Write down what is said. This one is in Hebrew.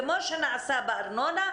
כמו שנעשה בארנונה,